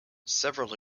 several